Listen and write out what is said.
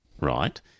right